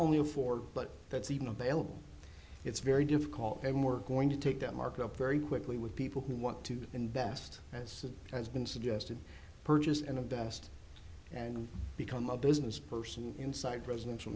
only afford but that's even available it's very difficult and we're going to take that mark up very quickly with people who want to invest as has been suggested purchase and a vest and become a business person inside residential